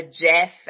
Jeff